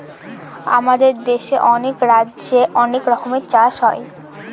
আমাদের দেশে অনেক রাজ্যে অনেক রকমের চাষ হয়